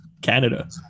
Canada